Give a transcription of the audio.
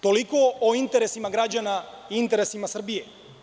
Toliko o interesima građana i interesima Srbije.